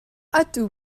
ydw